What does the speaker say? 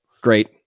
Great